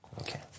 Okay